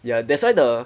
ya that's why the